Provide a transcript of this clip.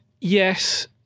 yes